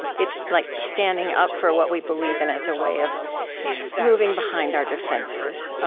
it's like standing up for what we believe in, as a way of moving behind our defenses